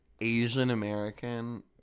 Asian-American